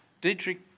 Dietrich